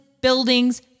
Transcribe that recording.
buildings